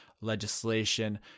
legislation